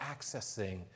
accessing